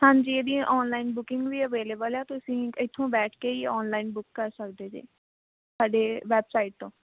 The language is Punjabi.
ਹਾਂਜੀ ਇਹ ਦੀਆਂ ਔਨਲਾਈਨ ਬੁਕਿੰਗ ਵੀ ਅਵੇਲੇਵਲ ਹੈ ਤੁਸੀਂ ਇੱਥੋਂ ਬੈਠ ਕੇ ਹੀ ਔਨਲਾਈਨ ਬੁੱਕ ਕਰ ਸਕਦੇ ਜੇ ਸਾਡੇ ਵੈੱਬਸਾਈਟ ਤੋਂ